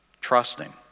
trusting